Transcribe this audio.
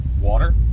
water